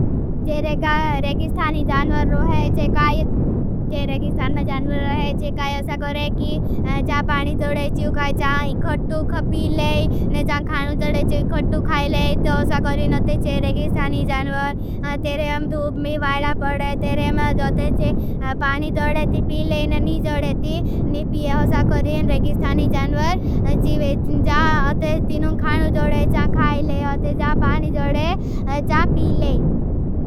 जे रेगिस्थानी जान्वर रोहे चे काई असा करे। की जा पानी जोड़े चीव काई चाई खटूख पी ले। और जा खानू जोड़े चीव खटूख खाई ले ते असा करें। अते चे रेगिस्थानी जान्वर तेरे अम धूप मी वाईला पड़े। तेरे में अते चे पानी जो डे ती नी पी ये असा करें। रेगिस्थानी जान्वर जीवेज जा अते तीनू खानू जोड़े चाई खाई। ले अते जा पानी जोड़े चाई पी ले।